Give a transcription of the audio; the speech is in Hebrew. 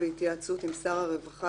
בהתייעצות עם שר הרווחה,